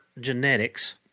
genetics